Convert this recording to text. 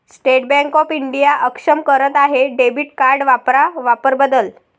state Bank of India अक्षम करत आहे डेबिट कार्ड वापरा वापर बदल